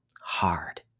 Hard